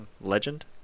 Legend